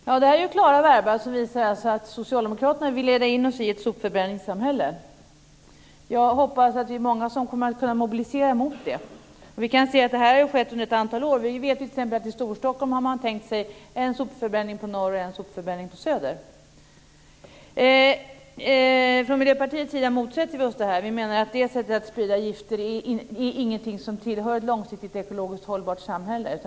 Herr talman! Det här är ju klara verba som visar att socialdemokraterna vill leda in oss i ett sopförbränningssamhälle. Jag hoppas att vi är många som kommer att kunna mobilisera mot det. Vi kan se att det här har skett under ett antal år. Vi vet t.ex. att man i Storstockholm har tänkt sig en sopförbränning i norr och en sopförbränning i söder. Från Miljöpartiets sida motsätter vi oss det här. Vi menar att det sättet att sprida gifter inte är någonting som tillhör ett långsiktigt ekologiskt hållbart samhälle.